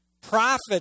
profit